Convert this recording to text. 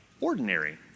ordinary